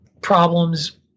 problems